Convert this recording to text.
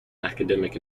academic